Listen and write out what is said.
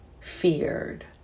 feared